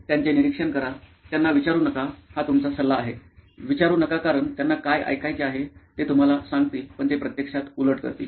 त्यांचे निरीक्षण करा त्यांना विचारू नका हा तुमचा सल्ला आहे विचारू नका कारण त्यांना काय ऐकायचे आहे हे ते तुम्हाला सांगतील पण ते प्रत्यक्षात उलट करतील